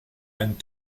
and